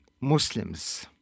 Muslims